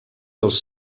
els